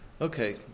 Okay